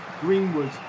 Greenwood